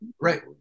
right